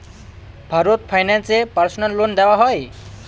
Bharat finance এ personal loan দেওয়া হয়?